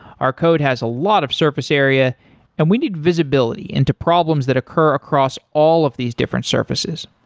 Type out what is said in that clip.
our code has a lot of surface area and we need visibility into problems that occur across all of these different surfaces.